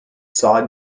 side